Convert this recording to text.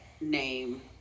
Name